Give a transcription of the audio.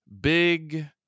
big